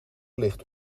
ligt